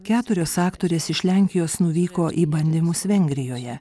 keturios aktorės iš lenkijos nuvyko į bandymus vengrijoje